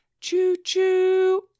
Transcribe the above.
Choo-choo